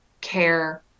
care